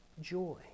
joy